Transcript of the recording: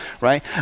right